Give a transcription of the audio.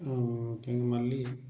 ముఖ్యంగా మళ్ళీ